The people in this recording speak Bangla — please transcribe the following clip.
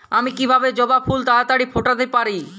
আমি কিভাবে জবা ফুল তাড়াতাড়ি ফোটাতে পারি?